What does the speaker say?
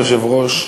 אדוני היושב-ראש,